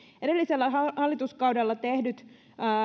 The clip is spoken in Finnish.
edellisellä hallituskaudella tehdyt